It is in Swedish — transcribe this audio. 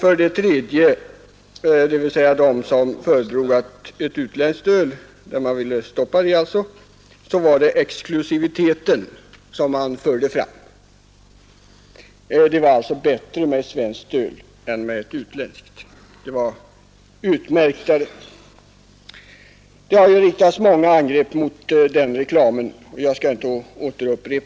För den tredje gruppen, dvs. de som föredrog ett utländskt öl men skulle förmås att övergå till svenskt, var det exklusiviteten man förde fram. Det var alltså bättre med ett svenskt öl än med ett utländskt. Det har riktats många angrepp mot den reklamen, och jag skall inte upprepa det.